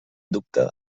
dubte